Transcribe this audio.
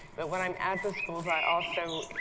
but when i'm at the schools i also,